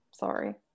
Sorry